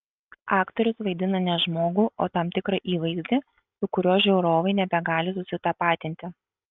aktorius vaidina ne žmogų o tam tikrą įvaizdį su kuriuo žiūrovai nebegali susitapatinti